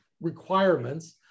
requirements